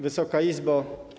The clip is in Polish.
Wysoka Izbo!